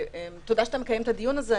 תודה שאתה מקיים את הדיון הזה,